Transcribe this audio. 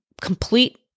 complete